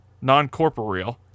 Non-corporeal